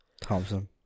Thompson